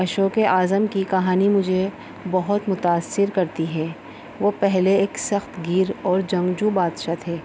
اشوک اعظم کی کہانی مجھے بہت متاثر کرتی ہے وہ پہلے ایک سخت گیر اور جنگجو بادشاہ تھے